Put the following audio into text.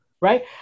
Right